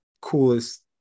coolest